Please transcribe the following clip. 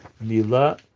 Mila